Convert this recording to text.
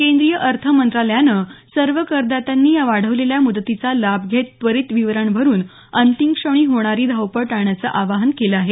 केंद्रीय अर्थमंत्रालयानं सर्व करदात्यांनी या वाढलेल्या मुदतीचा लाभ घेत त्वरित विवरण भरून अंतिम क्षणी होणारी धावपळ टाळण्याचं आवाहन केलं आहे